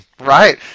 right